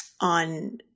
on